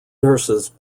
nurses